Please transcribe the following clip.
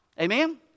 Amen